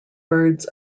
birds